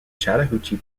chattahoochee